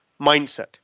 mindset